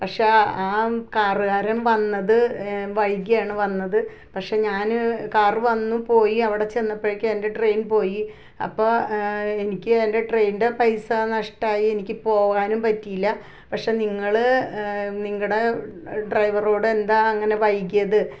പക്ഷേ ആ കാറുകാരൻ വന്നത് വൈകിയാണ് വന്നത് പഷെ ഞാന് കാർ വന്ന് പോയി അവിടെ ചെന്നപ്പഴേക്കും എൻ്റെ ട്രെയിൻ പോയി അപ്പോൾ എനിക്ക് എൻറ്റെ ട്രെയിനിൻ്റെ പൈസ നഷ്ട്ടമായി എനിക്ക് പോകാനും പറ്റിയില്ല പക്ഷേ നിങ്ങള് നിങ്ങളുടെ ഡ്രൈവറോട് എന്താ അങ്ങനെ വൈകിയത്